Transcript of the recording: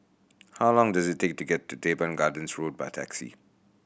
how long does it take to get to Teban Gardens Road by taxi